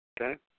Okay